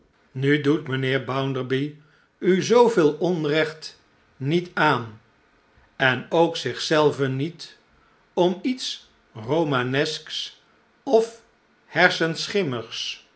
nu doet mijnheer bounderby u zooveel onrecht niet aan en ook zich zelven niet om iets romanesks of hersenschimmigs